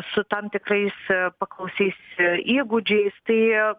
su tam tikrais paklausiais įgūdžiais tai